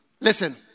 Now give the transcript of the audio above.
Listen